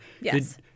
Yes